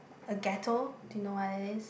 a gateau do you know what that is